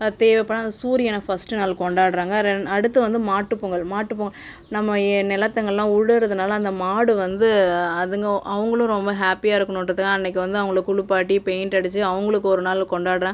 தேவைப்பட் அந்த சூரியன ஃபர்ஸ்ட் நாள் கொண்டாடுறாங்க ரெண்டு அடுத்து வந்து மாட்டு பொங்கல் மாட்டு பொங்கல் நம்ம நிலத்துங்கல உழுறதுனால அந்த மாடு வந்து அதுங்க அவங்களும் ரொம்ப ஹாப்பியாக இருக்கனுன்ற அன்னக்கு வந்து அவங்களை குளிப்பாட்டி பெயிண்ட் அடிச்சி அவங்களுக்கு ஒரு நாள் கொண்டாடுற